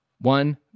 One